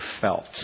felt